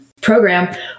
program